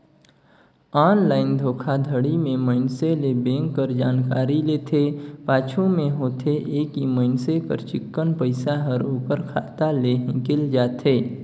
online धोखाघड़ी में मइनसे ले बेंक कर जानकारी लेथे, पाछू में होथे ए कि मइनसे कर चिक्कन पइसा हर ओकर खाता ले हिंकेल जाथे